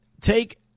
take